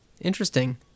Interesting